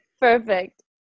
Perfect